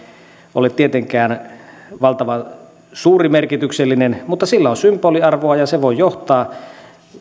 ole tietenkään valtavan suurimerkityksellinen mutta sillä on symboliarvoa ja se voi johtaa